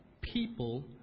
People